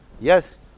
Yes